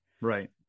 Right